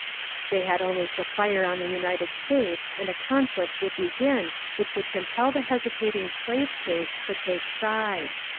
they had only to fire on the united states and a conflict would begin which would compel the hesitating slave states to take sides.